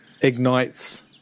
ignites